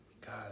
God